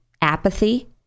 Apathy